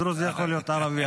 דרוזי יכול להיות ערבי,